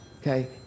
Okay